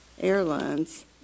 Airlines